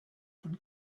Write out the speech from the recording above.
von